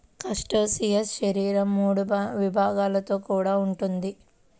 crustacean శరీరం మూడు విభాగాలతో కూడి ఉంటుంది